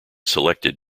selected